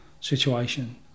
situation